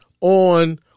on